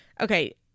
Okay